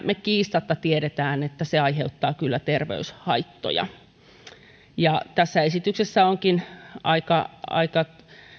me kiistatta tiedämme että se aiheuttaa kyllä terveyshaittoja tässä esityksessä onkin aika aika